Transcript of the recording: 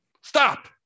Stop